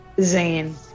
Zane